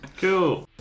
Cool